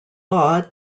law